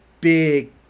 big